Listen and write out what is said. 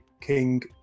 King